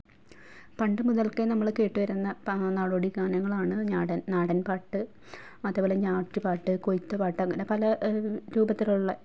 പണ്ടു മുതല്ക്കേ നമ്മൾ കേട്ടു വരുന്ന നാടോടി ഗാനങ്ങളാണ് നാടന് നാടന് പാട്ട് അതേപോലെ ഞാറ്റുപാട്ട് കൊയ്ത്തുപാട്ട് അങ്ങനെ പല രൂപത്തിലുള്ള